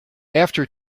after